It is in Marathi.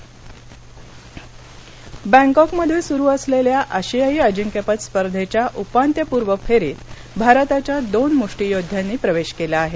मध्यियद बँकॉकमध्ये सुरू असलेल्या आशियाई अजिंक्यपद स्पर्धेच्या उपात्य पूर्व फेरीत भारताच्या दोन मुष्टीयोद्ध्यांनी प्रवेश केला आहे